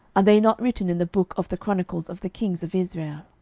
are they not written in the book of the chronicles of the kings of israel?